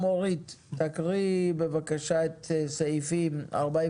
תקריאי בבקשה את סעיפים 48,